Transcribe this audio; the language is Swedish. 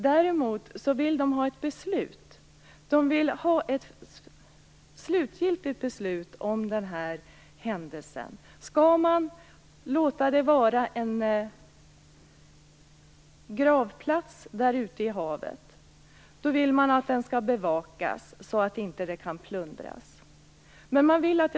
Däremot vill de ha ett slutgiltigt beslut. Skall Estonia vara en gravplats ute i havet? I så fall vill de att den skall bevakas så att den inte kan plundras.